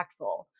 impactful